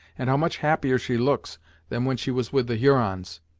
and how much happier she looks than when she was with the hurons!